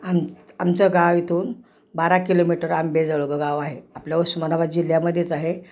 आम आमचं गाव इथून बारा किलोमीटर आंबेजोगाई गाव आहे आपल्या उस्मानाबाद जिल्ह्यामध्येच आहे